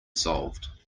solved